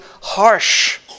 harsh